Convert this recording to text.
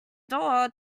door